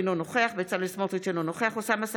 אינו נוכח בצלאל סמוטריץ' אינו נוכח אוסאמה סעדי,